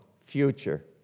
future